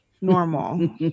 normal